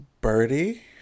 Birdie